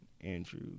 Andrew